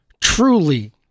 truly